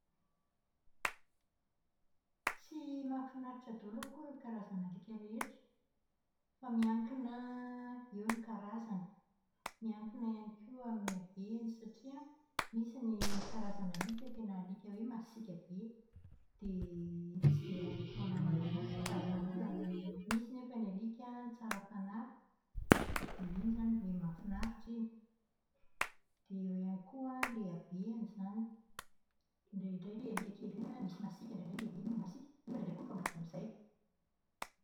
Tsy mahafinaritra daholo akory ny karazana alika rehetra fa miankina eo ny karazany, miankina ihany koa amin'ny habeny satria misy ny karazan'alika tena alika hoe masiaka be. Dia tsy dia azo atao namana loatra fa atahorana. Misy nefa ny alika tsara fanahy, dia iny izany ilay mahafinaritra iny. Dia eo ihany koa ilay habeny izany. Indraindray ilay alika kely iny an, misy masiaka, indraindray ny lehibe no masiaka, nefa indraindray koa mifamadika amin'izay.